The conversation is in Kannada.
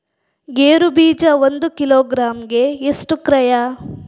ಗೇರು ಬೀಜ ಒಂದು ಕಿಲೋಗ್ರಾಂ ಗೆ ಎಷ್ಟು ಕ್ರಯ?